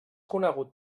conegut